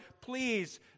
please